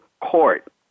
court